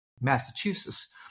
Massachusetts